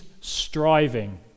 striving